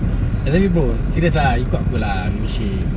I tell you bro serious ah ikut aku lah pergi fishing